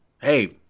Hey